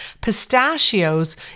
Pistachios